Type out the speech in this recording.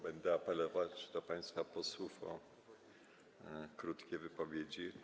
Będę apelować do państwa posłów o krótkie wypowiedzi.